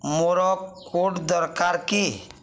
ମୋର କୋଟ୍ ଦରକାର କି